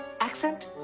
Accent